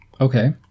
Okay